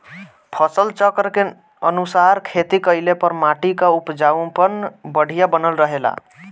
फसल चक्र के अनुसार खेती कइले पर माटी कअ उपजाऊपन बढ़िया बनल रहेला